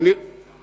הוא לא יכול לרדת,